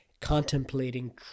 contemplating